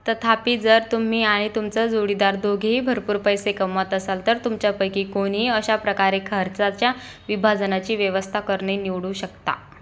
तथापि जर तुम्ही आणि तुमचा जोडीदार दोघेही भरपूर पैसे कमावत असाल तर तुमच्यापैकी कोणीही अशा प्रकारे खर्चाच्या विभाजनाची व्यवस्था करणे निवडू शकता